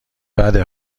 بده